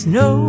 no